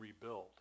rebuild